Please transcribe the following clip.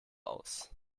aus